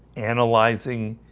analyzing